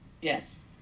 Yes